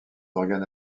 organes